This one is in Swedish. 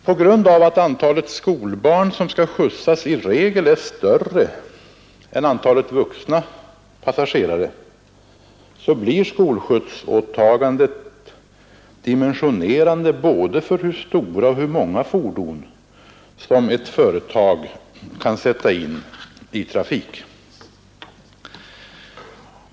På grund av att antalet barn som transporteras med skolskjuts i regel är större än antalet vuxna passagerare blir skolskjutsåtagandet dimensionerande både för hur stora och hur många fordon som ett företag kan sätta in i trafik.